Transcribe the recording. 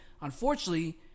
Unfortunately